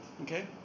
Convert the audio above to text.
Okay